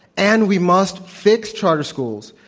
and we must fix charter schools,